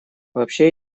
вообще